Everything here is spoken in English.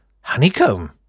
Honeycomb